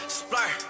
splur